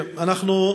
אנחנו,